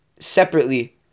separately